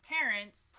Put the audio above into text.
Parents